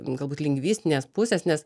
galbūt lingvistinės pusės nes